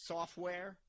Software